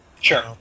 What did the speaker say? Sure